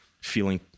feeling